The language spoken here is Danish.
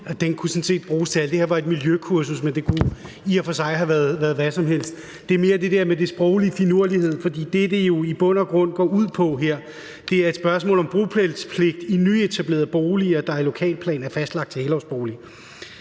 set bruges til alt. Det var et miljøkursus, men det kunne i og for sig have været hvad som helst. Det er mere det der med den sproglige finurlighed. For det, det jo i bund og grund går ud på her, er et spørgsmål om bopælspligt i nyetablerede boliger, der i lokalplanen er fastlagt til helårsbolig.